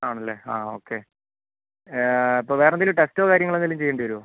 ആണല്ലേ ആ ഓക്കെ ഇപ്പോൾ വേറെന്തെങ്കിലും ടെസ്റ്റോ കാര്യങ്ങളോ എന്തെങ്കിലും ചെയ്യേണ്ടി വരുമോ